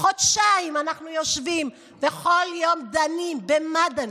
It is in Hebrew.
חודשיים אנחנו יושבים, בכל יום דנים, במה דנים?